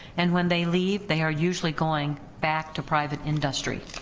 and when they leave they are usually going back to private industry.